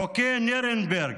חוקי נירנברג,